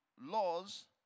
laws